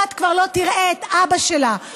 הבת כבר לא תראה את אבא שלה,